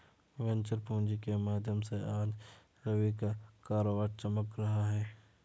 venture पूँजी के माध्यम से आज रवि का कारोबार चमक रहा है